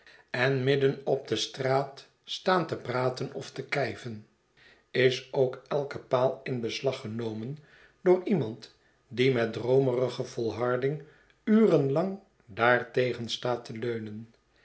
en midden op de straat staan te praten of te kijven is ook elke paal in beslag genomen door iemand die met droomerige volharding uren lang daartegen staat te leunen